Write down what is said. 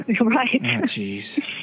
right